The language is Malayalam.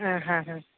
ആ ഹ ഹ